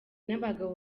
n’abagabo